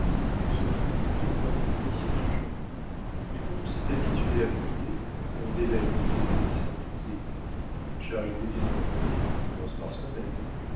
on se trouve nus comme de petits saint jean mais comme on s'est habitué à briller on dévalise ses amis sans pitié charité bien ordonnée commence par soi-même